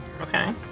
Okay